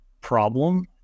problem